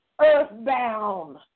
earthbound